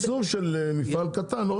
גם ייצור של מפעל קטן.